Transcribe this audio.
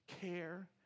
care